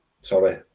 sorry